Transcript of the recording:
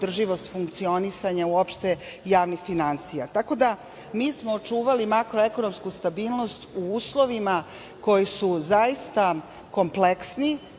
održivost funkcionisanja javnih finansija. Mi smo očuvali makroekonomsku stabilnost u uslovima koji su zaista kompleksni.